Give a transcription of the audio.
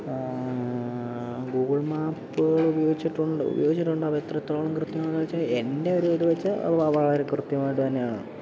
Google മാപ്പുകൾ ഉപയോഗിച്ചിട്ടുണ്ട് ഉപയോഗിച്ചിട്ടുണ്ട് അവ എത്രത്തോളം കൃത്യമാണോ ചോദിച്ചാൽ എൻ്റെ ഒരു ഇത് വച്ചു വളരെ കൃത്യമായിട്ട് തന്നെയാണ്